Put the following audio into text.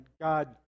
God